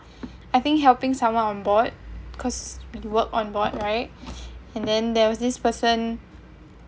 I think helping someone on board because we work on board right and then there was this person